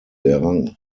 errang